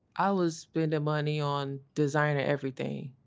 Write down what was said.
i was spending money on designer everything,